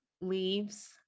leaves